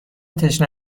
تشنه